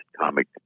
comic